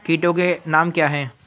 कीटों के नाम क्या हैं?